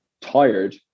tired